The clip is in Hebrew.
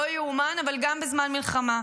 לא ייאמן, אבל גם בזמן מלחמה.